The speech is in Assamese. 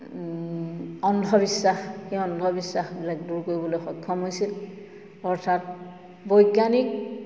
অন্ধবিশ্বাস সেই অন্ধবিশ্বাসবিলাক দূৰ কৰিবলৈ সক্ষম হৈছিল অৰ্থাৎ বৈজ্ঞানিক